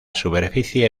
superficie